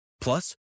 Plus